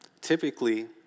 Typically